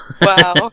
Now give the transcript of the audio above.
Wow